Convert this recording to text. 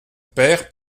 père